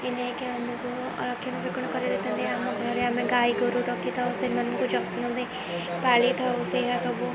କି ନେଇକି ଆମକୁ ରକ୍ଷଣ ବେକ୍ଷଣ କରାଇ ଦେଇଥାନ୍ତି ଆମ ଘରେ ଆମେ ଗାଈ ଗୋରୁ ରଖିଥାଉ ସେମାନଙ୍କୁ ଯତ୍ନ ଦେଇ ପାଳିଥାଉ ସେହା ସବୁ